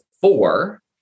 four